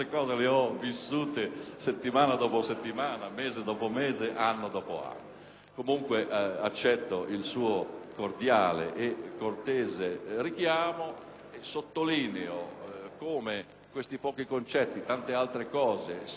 comunque il suo cordiale e cortese richiamo, sottolineando come questi pochi concetti che ho espresso - tante altre cose si potevano dire! - siano propedeutici a quella Carta delle autonomie